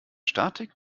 statik